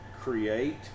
create